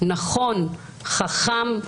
נכון וחכם,